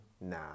Nah